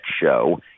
show